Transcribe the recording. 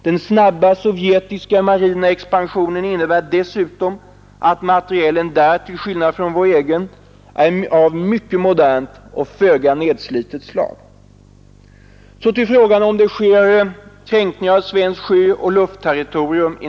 Den snabba sovjetiska marina expansionen innebär dessutom att materielen där, till skillnad från vår egen, är av mycket modernt och föga nedslitet slag. Så till frågan huruvida det i någon större utsträckning sker kränkningar av svenskt sjöoch luftterritorium.